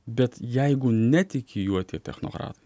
bet jeigu netiki juo tie technokratai